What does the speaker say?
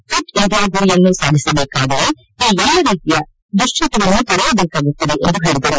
fit India ಗುರಿಯನ್ನು ಸಾಧಿಸಬೇಕಾದರೆ ಈ ಎಲ್ಲ ರೀತಿಯ ದುಶ್ಚಟವನ್ನು ತೊರೆಯಬೇಕಾಗುತ್ತದೆ ಎಂದು ಹೇಳಿದರು